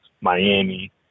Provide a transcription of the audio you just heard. Miami